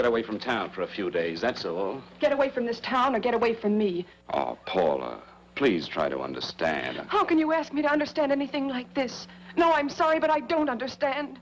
get away from town for a few days that's so get away from this town and get away from me paula please try to understand how can you ask me to understand anything like this no i'm sorry but i don't understand